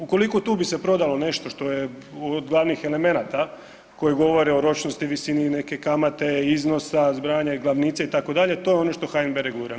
Ukoliko tu bi se prodalo nešto što je od glavnih elemenata koji govore o ročnosti, visini neke kamate, iznosa, zbrajanja i glavnice itd., to je ono što HNB regulira.